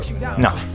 No